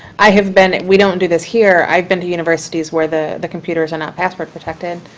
i have been we don't do this here. i've been to universities where the the computers are not password protected,